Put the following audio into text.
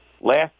Last